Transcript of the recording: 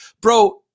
Bro